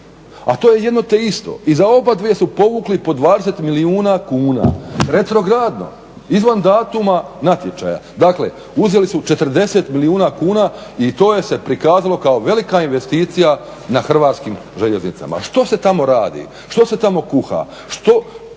A to je jedno te isto i za obadvije su povukli po 20 milijuna kuna retrogradno izvan datuma natječaja. Dakle, uzeli su 40 milijuna kuna i to se prikazalo kao velika investicija na Hrvatskim željeznicama. Što se tamo radi? Što se tamo kuha?